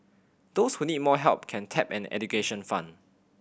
those who need more help can tap an education fund